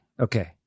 Okay